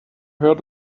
heard